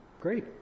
great